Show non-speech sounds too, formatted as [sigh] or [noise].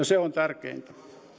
[unintelligible] se on tärkeintä